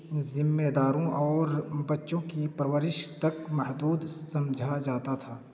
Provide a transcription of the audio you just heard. ذمے داروں اور بچوں کی پرورش تک محدود سمجھا جاتا تھا